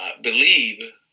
believe